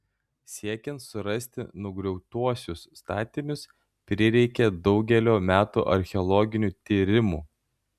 siekiant surasti nugriautuosius statinius prireikė daugelio metų archeologinių tyrimų